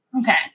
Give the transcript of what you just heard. Okay